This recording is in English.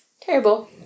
Terrible